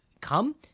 come